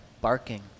barking